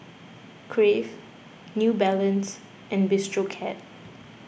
Crave New Balance and Bistro Cat